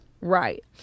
Right